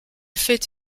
fait